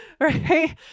right